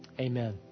amen